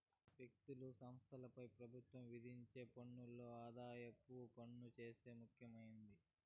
వ్యక్తులు, సంస్థలపై పెబుత్వం విధించే పన్నుల్లో ఆదాయపు పన్ను సేనా ముఖ్యమైంది